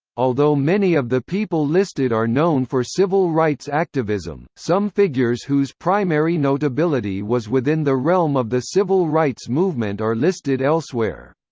although many of the people listed are known for civil rights activism, some figures whose primary notability was within the realm of the civil rights movement are listed elsewhere.